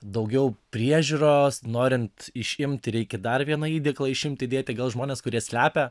daugiau priežiūros norint išimti reikia dar vieną įdėklą išimti įdėti gal žmonės kurie slepia